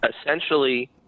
essentially